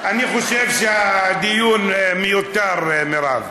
אני חושב שהדיון מיותר, מירב.